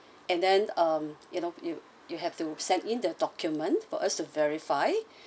and then um you know you you have to send in the documents for us to verify